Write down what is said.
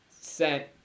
sent